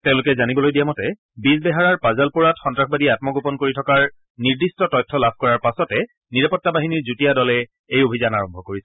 তেওঁলোকে জানিবলৈ দিয়া মতে বিজবেহাৰাৰ পাজালপ'ৰাত সন্ত্ৰাসবাদীয়ে আমগোপন কৰি থকাৰ নিৰ্দিষ্ট তথ্য লাভ কৰাৰ পাছতে নিৰাপত্তা বাহিনীৰ যুটীয়া দলে এই অভিযান আৰম্ভ কৰিছিল